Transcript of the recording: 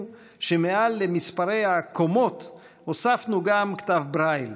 שמעל למספרי הקומות הוספנו גם כתב ברייל.